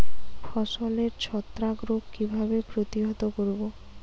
ফসলের ছত্রাক রোগ কিভাবে প্রতিহত করব?